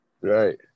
Right